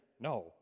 no